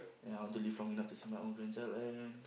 ya I want to live long enough to see my own grandchild and